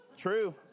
True